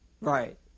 right